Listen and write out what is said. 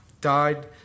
died